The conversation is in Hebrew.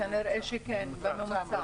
כנראה שכן, בממוצע.